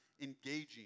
engaging